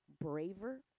Braver